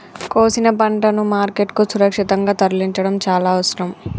కోసిన పంటను మార్కెట్ కు సురక్షితంగా తరలించడం చాల అవసరం